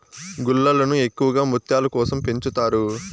గుల్లలను ఎక్కువగా ముత్యాల కోసం పెంచుతారు